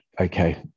okay